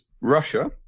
Russia